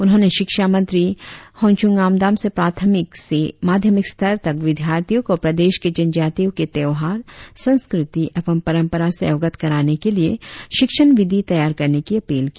उन्होंने शिक्षा मंत्री होनचुन ङान्दाम से प्राथमिक से माध्यमिक स्तर तक विद्यार्थियों को प्रदेश के जनजातियों के त्योहार संस्कृति एवं परंपरा से अवगत कराने के लिए शिक्षण विधि तैयार करने की अपील की